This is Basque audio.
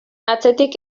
atzetik